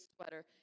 sweater